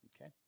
Okay